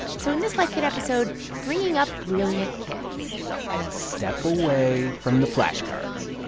so in this life kit episode bringing up brilliant kids and step away from the flashcards